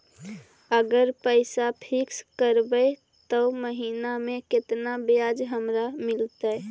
अगर पैसा फिक्स करबै त महिना मे केतना ब्याज हमरा मिलतै?